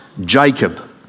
Jacob